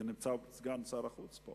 ונמצא פה סגן שר החוץ.